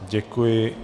Děkuji.